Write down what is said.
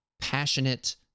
passionate